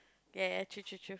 ya ya true true true